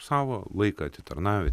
savo laiką atitarnavę